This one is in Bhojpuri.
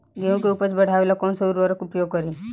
गेहूँ के उपज बढ़ावेला कौन सा उर्वरक उपयोग करीं?